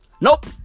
Nope